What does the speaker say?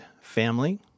family